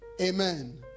amen